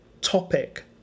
topic